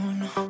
no